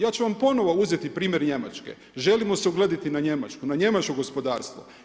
Ja ću vam ponovo uzeti primjer Njemačke, želimo se ugledati na Njemačku, na njemačko gospodarstvo.